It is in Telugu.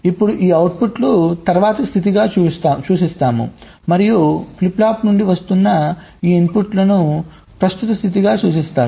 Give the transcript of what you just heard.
ఇప్పుడు ఈ అవుట్పుట్లు తర్వాతి స్థితిగా సూచిస్తాము మరియు ఫ్లిప్ ఫ్లాప్ నుండి వస్తున్న ఈ ఇన్పుట్లను ప్రస్తుత స్థితిగా సూచిస్తారు